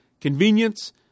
convenience